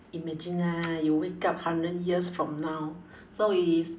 imagine ah you wake up hundred years from now so is